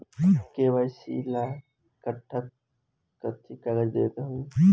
KYC ला कट्ठा कथी कागज देवे के होई?